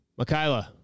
Makayla